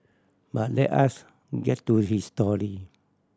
but let us get to his story